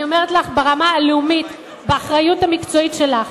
אני אומרת לך ברמה הלאומית, באחריות המקצועית שלך.